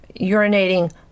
urinating